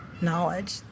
knowledge